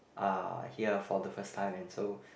are here for the first time and so